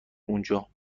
اونجا